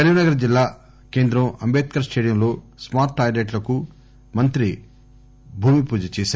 కరీంనగర్ జిల్లా కేంద్రం అంబేడ్కర్ స్టేడియంలో స్మార్ట్ టాయిలెట్లకు మంత్రి గంగుల భూమి పూజ చేశారు